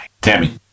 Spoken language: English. Tammy